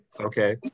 Okay